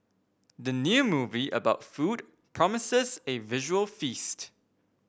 the new movie about food promises a visual feast